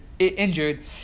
Injured